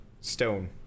stone